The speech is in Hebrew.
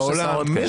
בעולם יש עשרות.